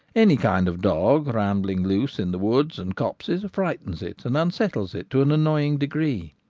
any kind of dog rambling loose in the woods and copses frightens it and unsettles it to an annoying degree.